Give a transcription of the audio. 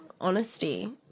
honesty